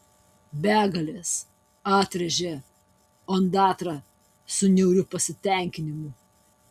begalės atrėžė ondatra su niauriu pasitenkinimu